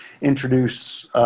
introduce